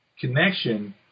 connection